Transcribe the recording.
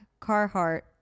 Carhartt